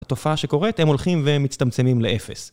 התופעה שקורית, הם הולכים ומצטמצמים לאפס